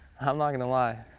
i'm not gonna lie.